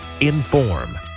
Inform